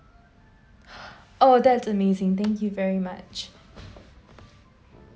oh that's amazing thank you very much